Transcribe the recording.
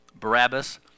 Barabbas